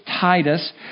Titus